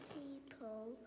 people